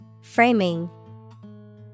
Framing